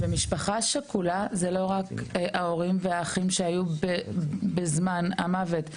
משפחה שכולה זה לא רק ההורים והאחים שהיו בזמן המוות.